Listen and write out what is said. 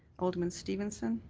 alderman stevenson